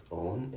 own